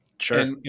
Sure